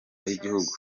h’igihugu